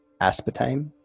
aspartame